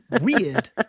Weird